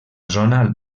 zona